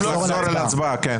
כן.